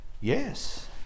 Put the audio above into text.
Yes